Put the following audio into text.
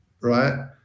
right